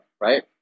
Right